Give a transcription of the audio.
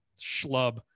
schlub